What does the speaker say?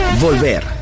Volver